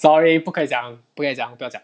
sorry 不可以讲不可以讲我不要讲